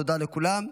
תודה לכולם.